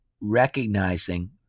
recognizing